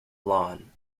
lawn